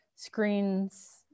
screens